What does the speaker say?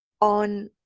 on